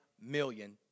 million